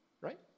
right